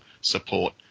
support